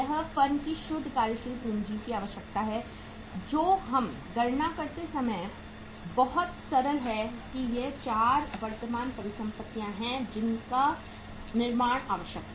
यह फर्म की शुद्ध कार्यशील पूंजी की आवश्यकता है जो यह गणना करने के लिए बहुत सरल है कि ये 4 वर्तमान परिसंपत्तियां हैं जिनका निर्माण आवश्यक है